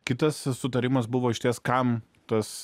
kitas sutarimas buvo išties kam tas